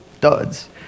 duds